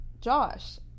Josh